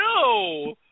no